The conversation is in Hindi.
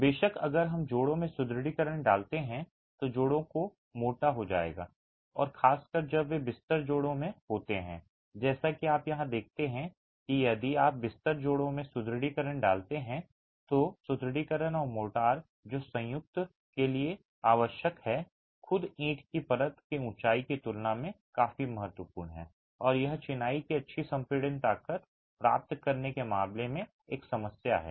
बेशक अगर हम जोड़ों में सुदृढीकरण डालते हैं तो जोड़ों को मोटा हो जाएगा और खासकर जब वे बिस्तर जोड़ों में होते हैं जैसा कि आप यहां देखते हैं यदि आप बिस्तर जोड़ों में सुदृढीकरण डालते हैं तो सुदृढीकरण और मोर्टार जो संयुक्त के लिए आवश्यक है खुद ईंट की परत की ऊंचाई की तुलना में काफी महत्वपूर्ण है और यह चिनाई की अच्छी संपीड़ित ताकत प्राप्त करने के मामले में एक समस्या है